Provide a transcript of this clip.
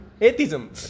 Atheism